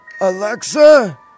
Alexa